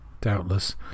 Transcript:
doubtless